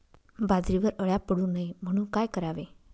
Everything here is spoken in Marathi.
बाजरीवर अळ्या पडू नये म्हणून काय करावे?